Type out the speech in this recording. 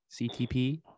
ctp